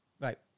Right